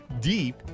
deep